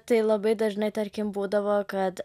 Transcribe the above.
tai labai dažnai tarkim būdavo kad